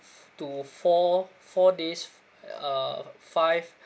to four four days uh five